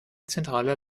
zentraler